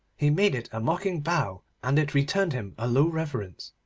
he made it a mocking bow, and it returned him a low reverence.